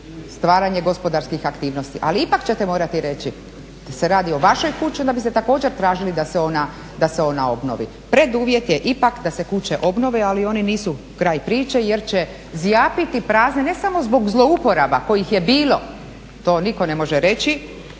stvaranje gospodarskih aktivnosti. Ali ipak ćete morati reći da se radi o vašoj kući onda bi se također tražili da se ona obnovi. Preduvjet je ipak da se kuće obnove ali one nisu kraj priče jer će zjapiti prazne ne samo zbog zlouporaba kojih je bilo, to nitko ne može reći,